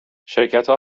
شرکتها